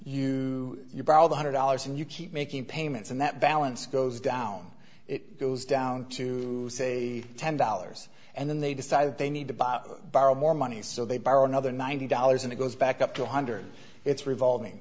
you your brow the hundred dollars and you keep making payments and that balance goes down it goes down to say ten dollars and then they decide they need to borrow more money so they borrow another ninety dollars and it goes back up to one hundred it's revolving